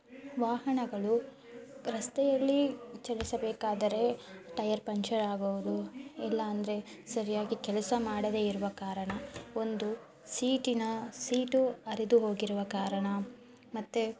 ವಾಹನಗಳು ರಸ್ತೆಯಲ್ಲಿ ಚಲಿಸಬೇಕಾದರೆ ಟೈಯರ್ ಪಂಚರ್ ಆಗೋದು ಇಲ್ಲ ಅಂದರೆ ಸರಿಯಾಗಿ ಕೆಲಸ ಮಾಡದೇ ಇರುವ ಕಾರಣ ಒಂದು ಸೀಟಿನ ಸೀಟು ಹರಿದು ಹೋಗಿರುವ ಕಾರಣ ಮತ್ತೆ